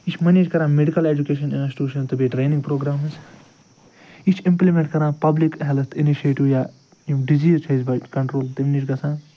یہِ چھُ منیج کَران میڈکٕل اٮ۪جُوٗکیشن اِنسٹوٗشن تہٕ بیٚیہِ ٹرٛینِنٛگ پرٛوگرامٕز یہِ چھِ اِمپِلمٮ۪نٛٹ کَران پبلِک ہٮ۪لٕتھ اِںشیٚٹو یا یِم ڈِزیٖز چھِ اَسہِ بجہِ کنٹرول تَمہِ نِش گَژھان